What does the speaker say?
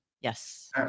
Yes